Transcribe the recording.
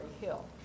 hill